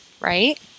Right